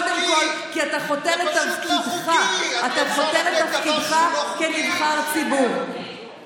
את רוצה לתת דבר שהוא לא חוקי?